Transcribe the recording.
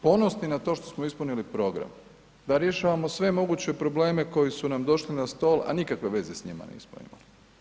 Ponosni na to što smo ispunili program da rješavamo sve moguće probleme koji su nam došli na stol, a nikakve veze s njima nismo imali.